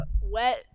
wet